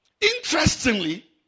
Interestingly